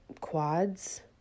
quads